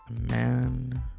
Man